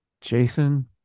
Jason